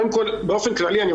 באופן כללי,